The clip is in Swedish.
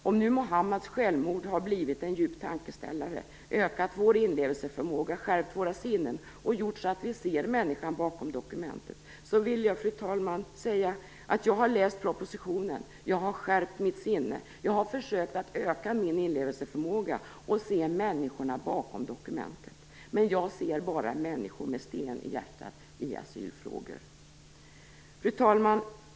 Om nu Mohammads självmord har blivit en djup tankeställare, ökat vår inlevelseförmåga, skärpt våra sinnen och gjort så att vi ser människan bakom dokumentet vill jag, fru talman, avsluta med att säga: Jag har läst propositionen, jag har skärpt mitt sinne, jag har försökt att öka min inlevelseförmåga och se människorna bakom dokumentet. Men jag ser bara människor med sten i hjärtat i asylfrågor. Fru talman!